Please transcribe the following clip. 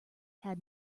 had